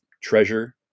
treasure